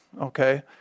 Okay